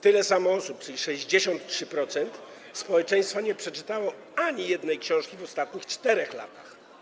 Tyle samo osób, czyli 63% społeczeństwa, nie przeczytało ani jednej książki w ostatnich 4 latach.